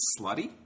slutty